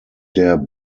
der